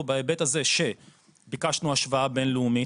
בהיבט הזה שאנחנו ביקשנו השוואה בינלאומית,